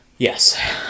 Yes